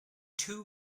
two